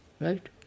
Right